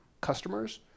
customers